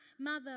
Mother